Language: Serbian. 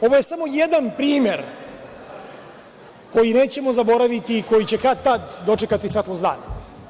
Ovo je samo jedan primer koji nećemo zaboraviti i koji će kad-tad dočekati svetlost dana.